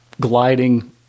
gliding